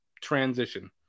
transition